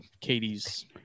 Katie's